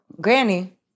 Granny